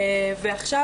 עכשיו,